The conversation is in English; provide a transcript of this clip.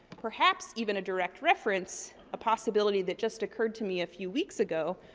perhaps even a direct reference, a possibility that just occurred to me a few weeks ago,